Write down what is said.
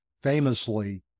famously